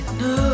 no